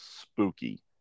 spooky